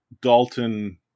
Dalton